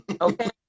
Okay